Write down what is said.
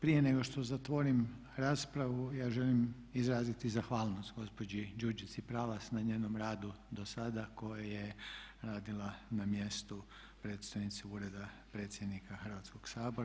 Prije nego što zatvorim raspravu ja želim izraziti zahvalnost gospođi Đurđici Pralas na njenom radu dosada koji je radila na mjestu predstojnice Ureda predsjednika Hrvatskog sabora.